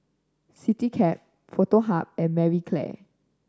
Citycab Foto Hub and Marie Claire